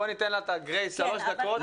בוא ניתן לה את הגרייס, שלוש דקות.